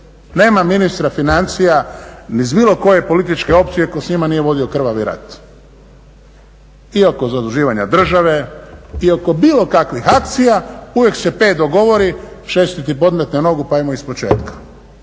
Nema ministra financija iz bilo koje političke opcije tko s njima nije vodio rat. I oko zaduživanja države, i oko bilo kakvih akcija uvijek se 5 dogodi, 6. ti podmetne nogu pa ajmo ispočetka